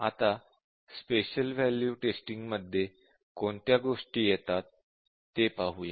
आता special value testing मध्ये कोणत्या गोष्टी येतात ते पाहूया